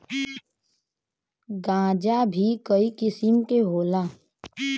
गांजा भीं कई किसिम के होला